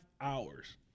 hours